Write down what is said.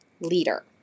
leader